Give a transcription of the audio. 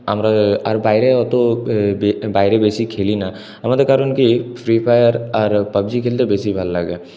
আমরা আর বাইরে অত বাইরে বেশি খেলি না আমাদের কারণ কী ফ্রি ফায়ার আর পাবজি খেলতে বেশি ভাল লাগে